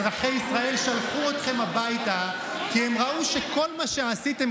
אזרחי ישראל שלחו אתכם הביתה כי הם ראו שכל מה שעשיתם